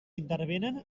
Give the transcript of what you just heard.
intervenen